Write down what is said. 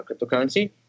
cryptocurrency